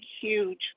huge